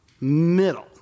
middle